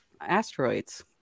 asteroids